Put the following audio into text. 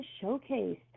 showcase